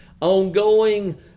ongoing